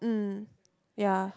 mm yeah